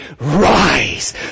rise